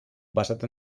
basat